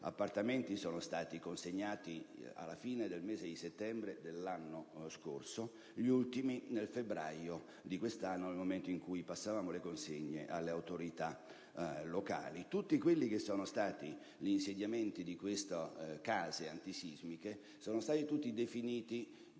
appartamenti sono stati consegnati alla fine del mese di settembre dell'anno scorso e gli ultimi nel febbraio di quest'anno, nel momento in cui passavamo le consegne alle autorità locali. Tutti gli insediamenti delle case antisismiche sono stati definiti di